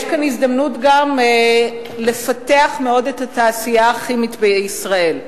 יש כאן הזדמנות גם לפתח מאוד את התעשייה הכימית בישראל.